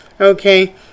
Okay